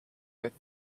with